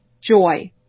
joy